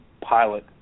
pilot